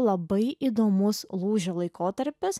labai įdomus lūžio laikotarpis